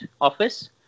office